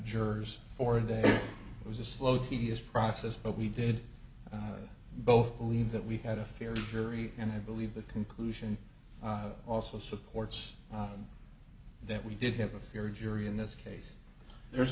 jurors for a day it was a slow tedious process but we did both believe that we had a fair jury and i believe the conclusion also supports that we did have a fair jury in this case there's